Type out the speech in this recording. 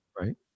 right